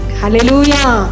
hallelujah